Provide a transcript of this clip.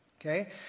Okay